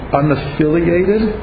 unaffiliated